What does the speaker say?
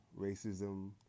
racism